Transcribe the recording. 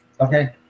Okay